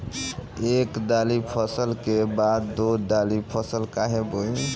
एक दाली फसल के बाद दो डाली फसल काहे बोई?